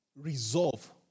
resolve